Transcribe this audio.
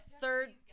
third